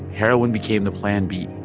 heroin became the plan b,